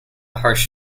harsh